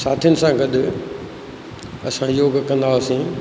साथियुनि सां गॾु असां योग कंदा हुआसीं